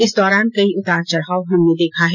इस दौरान कई उतार चढ़ाव हमने देखा है